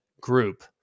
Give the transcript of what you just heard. group